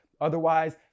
Otherwise